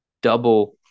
double